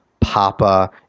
Papa